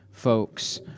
folks